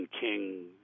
King